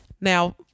Now